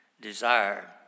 Desire